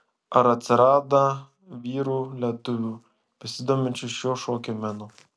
ar atsiranda vyrų lietuvių besidominčių šiuo šokio menu